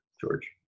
George